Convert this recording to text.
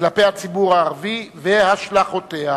כלפי הציבור הערבי והשלכותיה.